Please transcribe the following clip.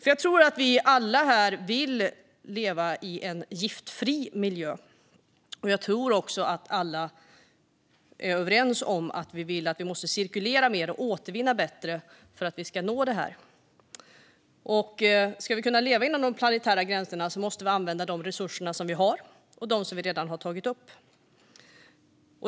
Jag tror att vi alla vill leva i en giftfri miljö. Jag tror också att alla är överens om att vi måste cirkulera mer och återvinna bättre för att vi ska nå detta. Ska vi kunna leva inom de planetära gränserna måste vi använda de resurser som vi har och dem som vi redan har tagit upp.